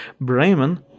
Bremen